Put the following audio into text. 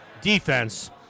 defense